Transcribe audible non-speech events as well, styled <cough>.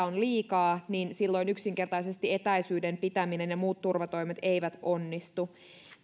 <unintelligible> on liikaa niin silloin yksinkertaisesti etäisyyden pitäminen ja muut turvatoimet eivät onnistu